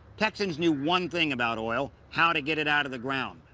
texans knew one thing about oil how to get it out of the ground.